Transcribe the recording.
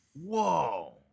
Whoa